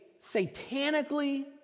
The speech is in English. satanically